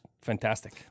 fantastic